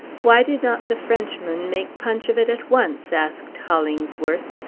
why did not the frenchman make punch of it at once? asked hollingsworth.